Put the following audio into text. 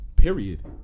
Period